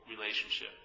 relationship